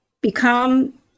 become